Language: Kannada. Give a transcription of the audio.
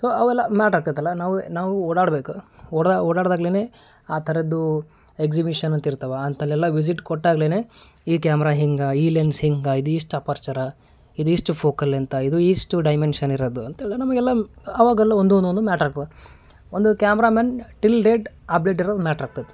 ಸೋ ಅವೆಲ್ಲ ಮ್ಯಾಟ್ರ್ ಆಗ್ತೈತಲ್ಲ ನಾವು ನಾವು ಓಡಾಡ್ಬೇಕು ಓಡಾ ಓಡಾಡ್ದ ಆಗ್ಲೆನೇ ಆ ಥರದ್ದು ಎಗ್ಝಿಮಿಷನ್ ಅಂತಿರ್ತವ ಅಂತಲ್ಲೆಲ್ಲ ವಿಝಿಟ್ ಕೊಟ್ಟಾಗ್ಲೆನೆ ಈ ಕ್ಯಾಮ್ರ ಹಿಂಗೆ ಈ ಲೆನ್ಸ್ ಹಿಂಗ ಇದಿಷ್ಟು ಅಪರ್ಚರ ಇದಿಷ್ಟು ಫೋಕಲ್ ಲೆಂತ ಇದು ಇಷ್ಟು ಡೈಮೆನ್ಷನ್ ಇರದು ಅಂತೆಲ್ಲ ನಮ್ಗೆಲ್ಲ ಅವಾಗೆಲ್ಲ ಒಂದೊಂದೊಂದೊಂದ್ ಮ್ಯಾಟ್ರ್ ಆಗ್ತದ ಒಂದು ಕ್ಯಾಮ್ರಮೆನ್ ಟಿಲ್ ಡೇಟ್ ಅಪ್ಡೇಟ್ ಇರೋದು ಮ್ಯಾಟ್ರ್ ಆಗ್ತೈತಿ